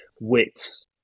wits